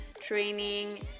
training